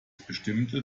bestimmt